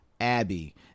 Abby